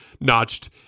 notched